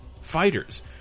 fighters